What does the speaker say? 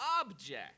object